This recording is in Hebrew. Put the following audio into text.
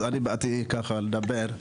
אני באתי ככה לדבר,